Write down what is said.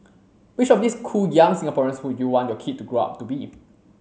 which of these cool young Singaporeans would you want your kid to grow up to be